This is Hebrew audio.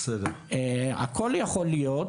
הכל יכול להיות,